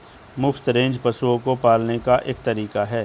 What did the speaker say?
मुफ्त रेंज पशुओं को पालने का एक तरीका है